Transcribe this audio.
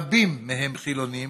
רבים מהם חילונים,